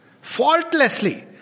Faultlessly